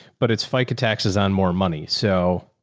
but it's fica taxes on more money. so,